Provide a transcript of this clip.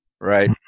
right